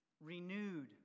renewed